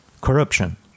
corruption